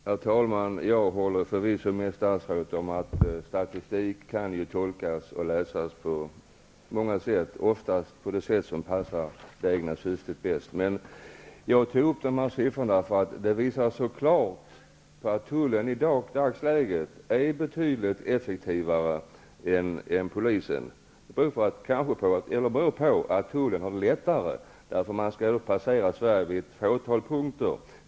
Herr talman! Jag håller förvisso med statsrådet om att statistik kan tolkas och läsas på många olika sätt, oftast på det sätt som passar det egna syftet bäst. Jag tog upp dessa siffror därför att de visar så klart på att tullen är betydligt effektivare än polisen i dagsläget. Det beror på att tullen har det lättare eftersom man passerar gränsen vid ett fåtal punkter.